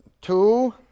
Two